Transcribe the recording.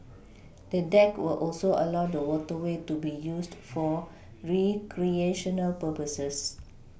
the deck will also allow the waterway to be used for recreational purposes